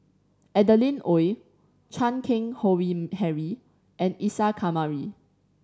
Adeline Ooi Chan Keng Howe Harry and Isa Kamari